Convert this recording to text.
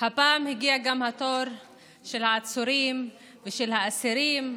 הפעם הגיע גם התור של העצורים ושל האסירים.